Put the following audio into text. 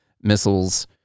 missiles